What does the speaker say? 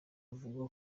avuga